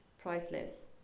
priceless